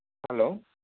hello